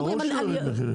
ברור שיוריד מחירים.